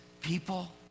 people